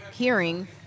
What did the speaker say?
Hearing